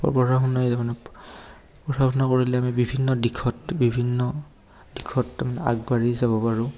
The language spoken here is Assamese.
পঢ়া শুনাই মানে পঢ়া শুনা কৰিলে আমি বিভিন্ন দিশত বিভিন্ন দিশত তাৰমানে আগবাঢ়ি যাব পাৰোঁ